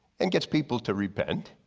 and gets people to repent.